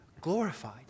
glorified